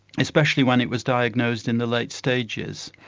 especially when it was diagnosed in the late stages.